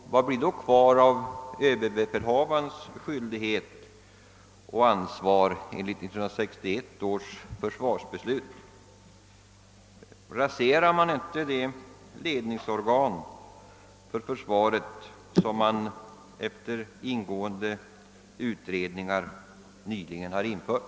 Vad blir då kvar av överbefälhavarens skyldighet och ansvar enligt 1961 års försvarsbeslut? Raserar man inte det ledningsorgan för försvaret som man efter ingående utredningar nyligen har infört?